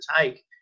take